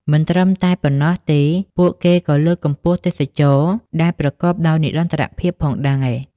មិនត្រឹមតែប៉ុណ្ណោះទេពួកគេក៏បានលើកកម្ពស់ទេសចរណ៍ដែលប្រកបដោយនិរន្តរភាពផងដែរ ។